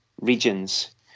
regions